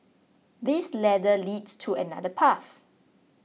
this ladder leads to another path